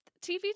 TV